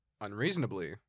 unreasonably